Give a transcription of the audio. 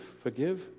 forgive